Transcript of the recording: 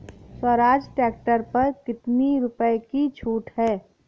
Swaraj tractor पर कितनी रुपये की छूट है?